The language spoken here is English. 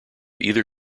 either